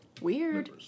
Weird